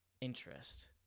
interest